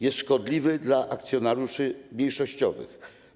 Jest szkodliwy dla akcjonariuszy mniejszościowych.